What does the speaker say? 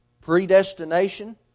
predestination